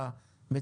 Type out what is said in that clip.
בוקר טוב, חברים.